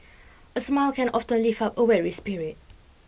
a smile can often lift up a weary spirit